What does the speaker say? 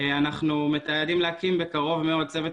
אנחנו מייעדים להקים בקרוב מאוד צוות